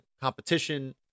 competition